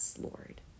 Lord